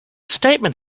statement